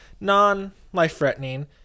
non-life-threatening